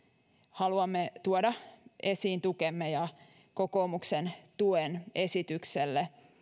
haluamme tuoda esiin tukemme ja kokoomuksen tuen esitykselle